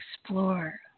explore